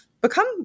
become